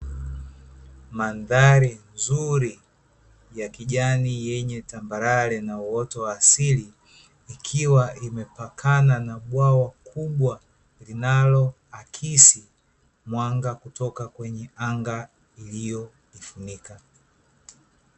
Mandhari nzuri ya kijani yenye tambarare na uoto wa asili, ikiwa imepakana na bwawa kubwa linaloakisi mwanga kutoka kwenye anga iliyoifunika.